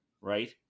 right